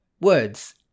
words